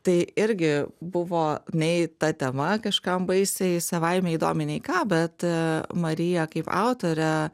tai irgi buvo nei ta tema kažkam baisiai savaime įdomi nei ką bet marija kaip autorė